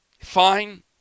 fine